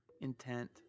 intent